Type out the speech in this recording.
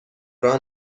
راه